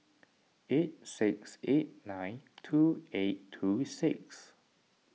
eight six eight nine two eight two six